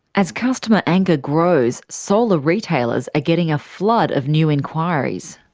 as customer anger grows, solar retailers are getting a flood of new enquiries.